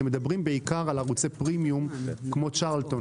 אתם מדברים בעיקר על ערוצי פרימיום כמו צ'רלטון